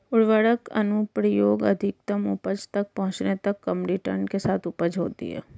उर्वरक अनुप्रयोग अधिकतम उपज तक पहुंचने तक कम रिटर्न के साथ उपज होती है